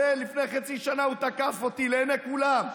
לפני חצי שנה הוא תקף אותי לעיני כולם.